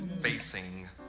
Facing